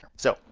so,